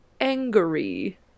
angry